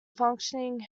functioning